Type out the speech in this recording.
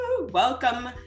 welcome